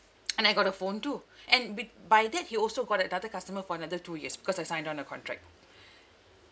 and I got a phone too and with by that he also got another customer for another two years because I signed on a contract